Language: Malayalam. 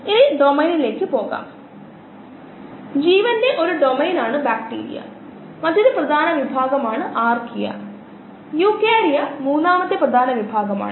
ഡൈനാമിക് സിസ്റ്റങ്ങൾ എഞ്ചിനീയറിംഗ് സിസ്റ്റങ്ങൾ തുടങ്ങിയവയുമായി ഇടപെടുമ്പോൾ നാം എടുക്കേണ്ട തീരുമാനങ്ങൾക്ക് അൽപ്പം ആശയക്കുഴപ്പമുണ്ടാക്കുന്ന അളവുകളും മറ്റും നമ്മൾ പരിഗണിക്കുന്നില്ല